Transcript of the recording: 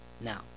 now